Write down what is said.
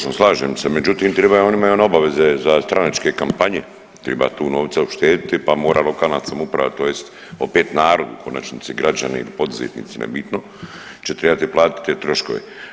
Točno, slažem se, međutim tribaju i ima on obaveze za stranačke kampanje triba tu novca uštediti pa mora lokalna samouprava tj. opet narod u konačnici građani poduzetnici nije bitno će tribati platiti te troškove.